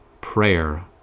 prayer